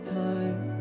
time